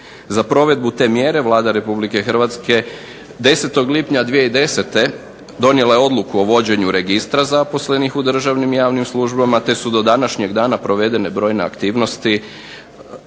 Za provedbu te mjere Vlada Republike Hrvatske 10. lipnja 2010. donijela je odluku o vođenju registra zaposlenih u državnim i javnim službama, te su do današnjeg dana provedene brojne aktivnosti.